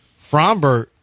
Frombert